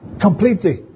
Completely